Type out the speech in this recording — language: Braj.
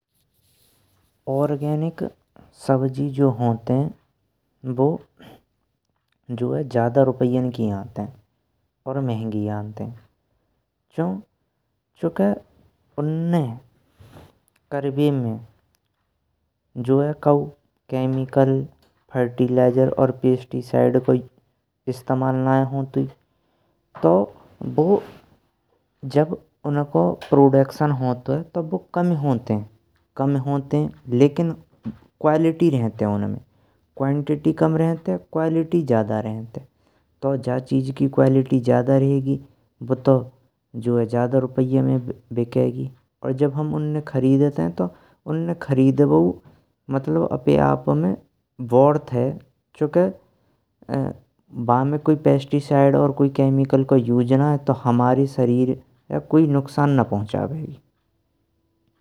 ऑर्गेनिक सब्ज़ी जो होंतये, बु जो है ज़्यादा रुपये की आंतीये और महंगी आंतीये। चुके उन्हे करवे में काऊ केमिकल फ़र्टिलाइज़र और पेस्टिसाइड जो इस्तमाल नई होंतुए, तो बु जब उनको प्रोडक्शन होंतुए। तो व कम होंतेये, लेकिन क्वालिटी रहेंत है उनमें क्वांटिटी कम रहेंत है क्वालिटी ज़्यादा रहेंत है। तो जा चीज़ की क्वालिटी ज़्यादा रहेगी, बु तो जो है ज़्यादा रुपया में बिकेगी और जब हम उन्हे खरीदते। तो उन्हे खरीद बो मतलब अपने आप में वर्थ है, चूंकि बामे कोई पेस्टिसाइड और केमिकल का यूज़ नाये तो हमारे सरीर पे कोई नुकसान ना पहुंचावेगी।